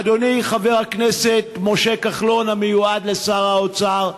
אדוני חבר הכנסת משה כחלון, המיועד לשר האוצר,